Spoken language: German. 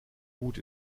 gut